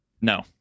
No